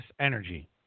energy